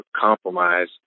compromise